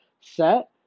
set